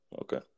Okay